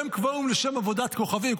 והם קבעו לשם עבודת כוכבים.